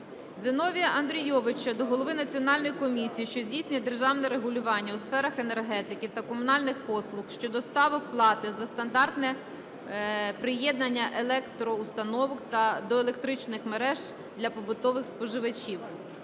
Зіновія Андрійовича до голови Національної комісії, що здійснює державне регулювання у сферах енергетики та комунальних послуг щодо ставок плати за стандартне приєднання електроустановок до електричних мереж для побутових споживачів.